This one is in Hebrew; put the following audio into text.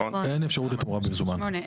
אין אפשרות לתמורה במזומן.